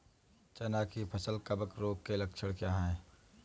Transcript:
चना की फसल कवक रोग के लक्षण क्या है?